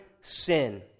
sin